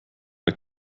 bei